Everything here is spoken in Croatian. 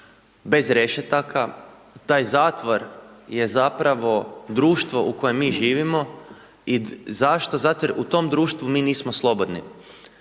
bez rešetaka, taj zatvor je zapravo društvo u kojem mi živimo. I zašto? Zato jer u tom društvu mi nismo slobodni.